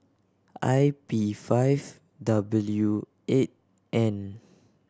I P five W eight N